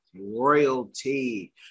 royalty